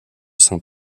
saint